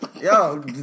Yo